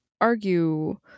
argue